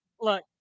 look